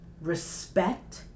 respect